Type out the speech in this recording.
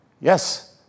Yes